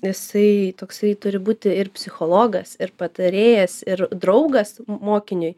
jisai toksai turi būti ir psichologas ir patarėjas ir draugas mokiniui